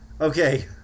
Okay